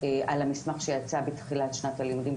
על המסמך שיצא בתחילת שנת הלימודים,